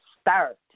start